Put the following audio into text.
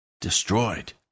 destroyed